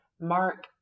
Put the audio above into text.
Mark